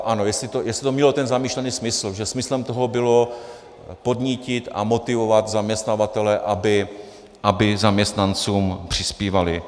Ano, jestli to mělo ten zamýšlený smysl, že smyslem toho bylo podnítit a motivovat zaměstnavatele, aby zaměstnancům přispívali.